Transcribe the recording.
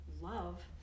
love